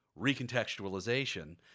recontextualization